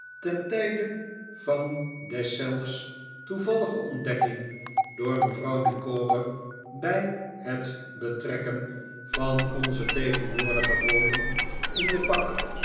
ten tijde van deszelfs toevallige ontdekking door mevrouw micawber bij het betrekken van onze tegenwoordige woning in den bak